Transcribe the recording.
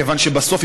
כיוון שבסוף,